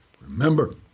Remember